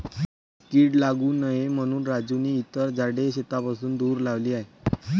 कीड लागू नये म्हणून राजूने इतर झाडे शेतापासून दूर लावली आहेत